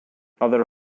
other